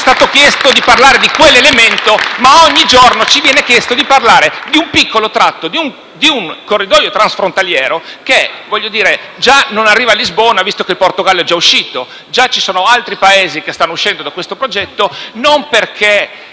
è stato chiesto di parlare di quell'elemento, mentre ogni giorno ci viene chiesto di parlare di un piccolo tratto di un corridoio transfrontaliero che già non arriva a Lisbona (dal momento che il Portogallo ne è uscito) e che già vede altri Paesi che stanno uscendo da questo progetto. Ciò non perché